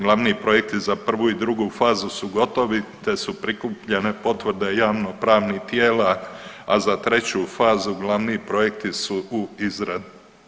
Glavni projekti za prvu i drugu fazu su gotovi, te su prikupljene potvrde javnopravnih tijela, a za treću fazu glavni projekti su u izradi.